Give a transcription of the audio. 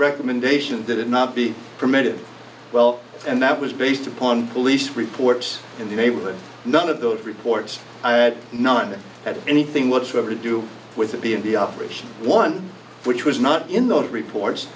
recommendations that it not be permitted well and that was based upon police reports in the neighborhood none of those reports i had not had anything whatsoever to do with the b n p operation one which was not in those reports